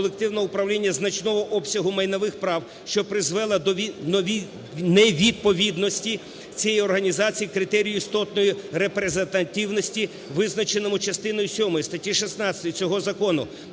прав, що призвело до невідповідності цій організації критерію істотної репрезентативності, визначеному частиною сьомою статті 16 цього закону,